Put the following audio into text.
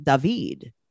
david